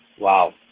Wow